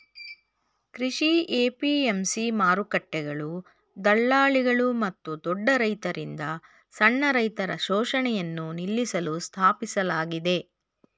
ಕೃಷಿ ಎ.ಪಿ.ಎಂ.ಸಿ ಮಾರುಕಟ್ಟೆಗಳು ದಳ್ಳಾಳಿಗಳು ಮತ್ತು ದೊಡ್ಡ ರೈತರಿಂದ ಸಣ್ಣ ರೈತರ ಶೋಷಣೆಯನ್ನು ನಿಲ್ಲಿಸಲು ಸ್ಥಾಪಿಸಲಾಗಿದೆ